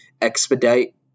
expedite